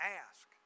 ask